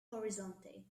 horizonte